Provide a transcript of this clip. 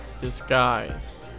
Disguise